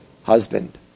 Husband